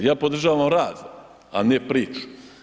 Ja podržavam rad, a ne priču.